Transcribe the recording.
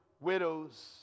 widows